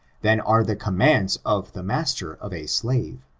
than are the commands of the master of a slave.